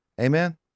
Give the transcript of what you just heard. Amen